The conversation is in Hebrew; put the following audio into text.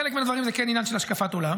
חלק מן הדברים זה כן עניין של השקפת עולם.